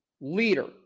leader